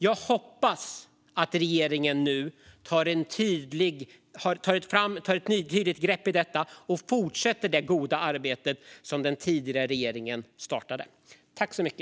Jag hoppas att regeringen nu tar ett tydligt grepp om detta och fortsätter det goda arbete som den tidigare regeringen startade.